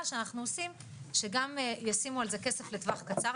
שאנחנו עושים שגם ישימו על זה כסף לטווח קצר,